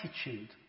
attitude